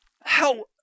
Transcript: How-